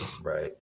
right